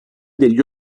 degli